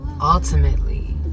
ultimately